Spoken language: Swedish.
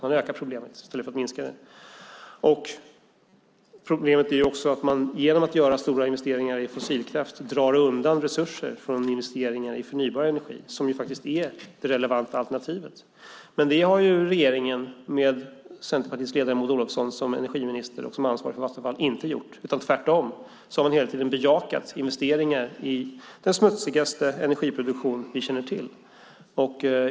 Man ökar problemet i stället för att minska det. Problemet är också att man genom att göra stora investeringar i fossilkraft drar undan resurser från investeringar i förnybar energi, som är det relevanta alternativet. Men regeringen med Centerpartiets ledare Maud Olofsson som energiminister och ansvarig för Vattenfall har hela tiden bejakat investeringar i den smutsigaste energiproduktion vi känner till.